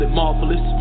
marvelous